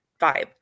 vibe